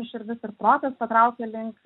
širdis ir protas patraukė link